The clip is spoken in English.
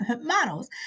models